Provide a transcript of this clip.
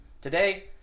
Today